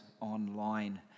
online